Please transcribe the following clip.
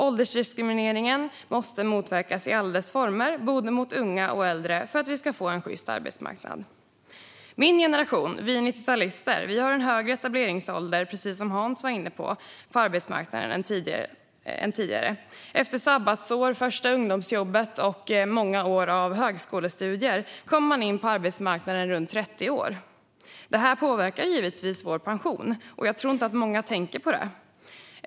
Åldersdiskrimineringen mot både unga och äldre måste motverkas i alla dess former för att vi ska få en sjyst arbetsmarknad. Precis som Hans var inne på har min generation - vi 90-talister - en högre etableringsålder på arbetsmarknaden än tidigare generationer. Efter sabbatsår, första ungdomsjobbet och många år av högskolestudier kommer vi in på arbetsmarknaden när vi är runt 30 år. Detta påverkar givetvis vår pension, och jag tror att många inte tänker på det.